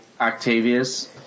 Octavius